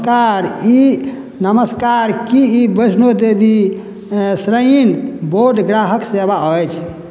car ई नमस्कार की ई बैष्णो देवी हँ श्राइन बोर्ड ग्राहक सेवा अछि